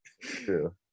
True